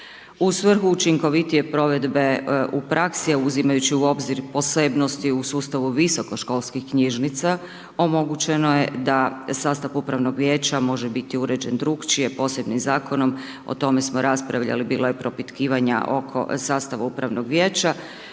U svrhu učinkovitije provedbe u praksi je, uzimajući u obzir posebnosti u sustavu visokoškolskih knjižnica, omogućeno je da sastav Upravnog vijeća može biti uređen drukčije, posebnim Zakonom, o tome smo raspravljali, bilo je propitkivanja oko sastava Upravnog vijeća,